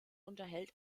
unterhält